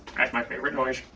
my favorite noise.